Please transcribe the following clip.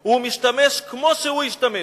משתמש, כמו שהוא השתמש,